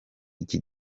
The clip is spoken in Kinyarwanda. iki